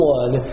one